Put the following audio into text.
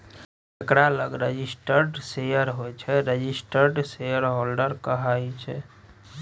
जकरा लग registered share होइ छै रजिस्टर्ड शेयरहोल्डर कहाइ छै